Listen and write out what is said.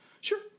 Sure